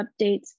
updates